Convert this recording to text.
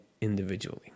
individually